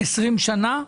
20 שנה?